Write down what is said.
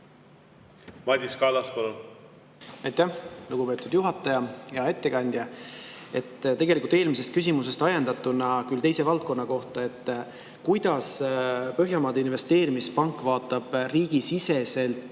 Madis Kallas, palun! Aitäh, lugupeetud juhataja! Hea ettekandja! Tegelikult eelmisest küsimusest ajendatuna, küll teise valdkonna kohta: kuidas Põhjamaade Investeerimispank vaatab riigisiseselt